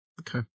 Okay